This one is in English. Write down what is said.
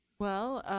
well,